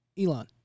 Elon